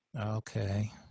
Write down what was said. Okay